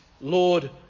Lord